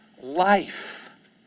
life